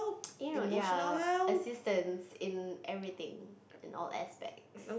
you know ya assistance in everything in all aspects